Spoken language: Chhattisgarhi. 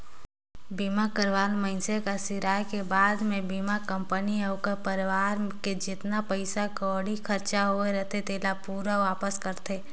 बीमा करवाल मइनसे के सिराय के बाद मे बीमा कंपनी हर ओखर परवार के जेतना पइसा कउड़ी के खरचा होये रथे तेला पूरा वापस करथे